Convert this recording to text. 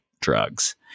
drugs